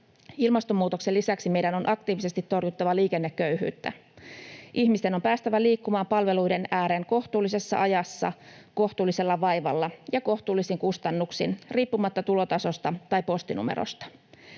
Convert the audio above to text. Ilmastonmuutoksen lisäksi meidän on aktiivisesti torjuttava liikenneköyhyyttä. Ihmisten on päästävä liikkumaan palveluiden ääreen kohtuullisessa ajassa, kohtuullisella vaivalla ja kohtuullisin kustannuksin riippumatta tulotasosta tai postinumerosta.